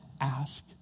ask